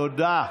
תודה.